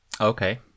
Okay